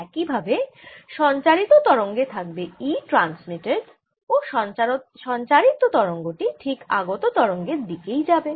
একই ভাবে সঞ্চারিত তরঙ্গে থাকবে E ট্রান্সমিটেড ও সঞ্চারিত তরঙ্গটি ঠিক আগত তরঙ্গের দিকেই যায়